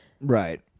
right